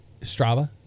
Strava